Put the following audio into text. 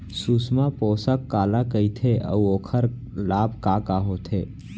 सुषमा पोसक काला कइथे अऊ ओखर लाभ का का होथे?